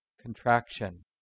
contraction